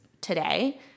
today